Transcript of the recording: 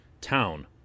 town